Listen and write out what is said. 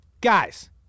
Guys